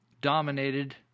dominated